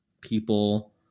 people